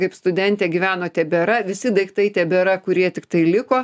kaip studentė gyveno tebėra visi daiktai tebėra kurie tiktai liko